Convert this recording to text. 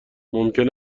ممکن